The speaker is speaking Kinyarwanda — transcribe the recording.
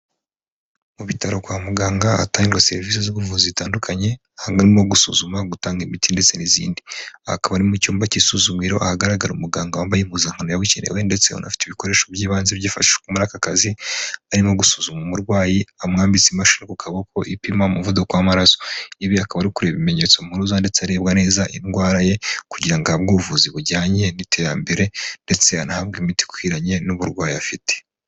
Mu bitaro kwa muganga hatangwa serivisi z'ubuvuzi zitandukanye, harimo gusuzuma, gutanga imiti ndetse n'izindi. Akaba ari mu cyumba cy'isuzumiro ahagaragara umuganga wambaye impuzankano yabugenewe ndetse unafite ibikoresho by'ibanze byifashishwa muri aka kazi arimo gusuzuma umurwayi amwambitse imashini kaboko ipima umuvuduko w'amaraso, ibi akaba ari ukureba ibimenyetso mpuruza ndetse harebwa neza indwara ye kugira ahabwe ubuvuzi bujyanye n'iterambere ndetse anahabwe imiti ikwiranye n'uburwayi afite.